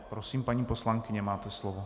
Prosím, paní poslankyně, máte slovo.